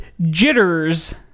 Jitters